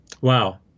Wow